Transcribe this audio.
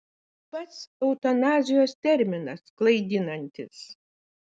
pats eutanazijos terminas klaidinantis